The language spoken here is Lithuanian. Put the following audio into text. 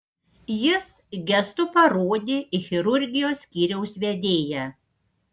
jis gestu parodė į chirurgijos skyriaus vedėją